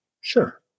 Sure